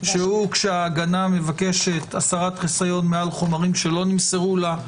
שהוא כשההגנה מבקשת הסרת חיסיון מעל חומרים שלא נמסרו לה,